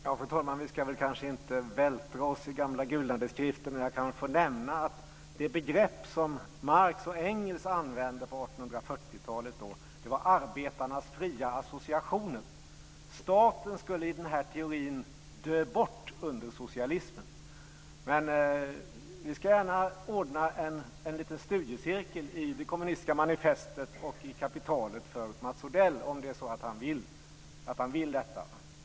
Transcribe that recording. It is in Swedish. Fru talman! Vi ska kanske inte vältra oss i gamla gulnade skrifter, men jag kan väl få nämna att det begrepp som Marx och Engels använde på 1840-talet var arbetarnas fria associationer. Staten skulle i den här teorin dö bort under socialismen. Vi ska gärna ordna en liten studiecirkel i Kommunistiska manifestet och i Kapitalet för Mats Odell om det är så att han vill det.